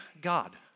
God